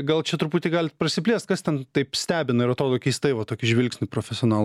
gal čia truputį galit prasiplėst kas ten taip stebina ir atrodo keistai va tokiu žvilgsniu profesionalo